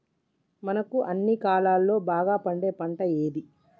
మనకు అన్ని కాలాల్లో బాగా పండే పంట ఏది?